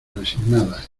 resignada